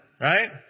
right